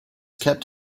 kept